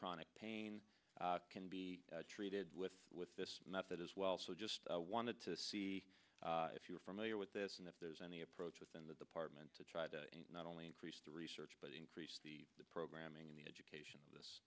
chronic pain can be treated with with this method as well so i just wanted to see if you're familiar with this and if there's any approach within the department to try to not only increase the research but increase the programming in the education